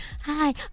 hi